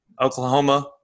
Oklahoma